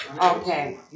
Okay